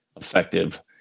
effective